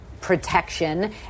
Protection